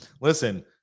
Listen